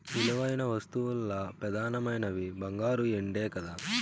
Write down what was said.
విలువైన వస్తువుల్ల పెదానమైనవి బంగారు, ఎండే కదా